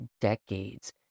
decades